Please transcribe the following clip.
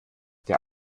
der